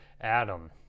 Adam